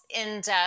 in-depth